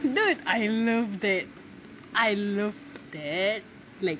dude I love that I love that like